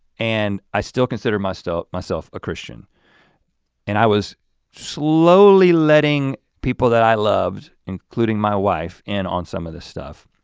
and i still considered my still myself a christian and i was slowly letting people that i loved including my wife in on some of this stuff.